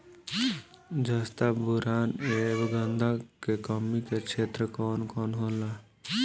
जस्ता बोरान ऐब गंधक के कमी के क्षेत्र कौन कौनहोला?